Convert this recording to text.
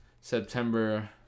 September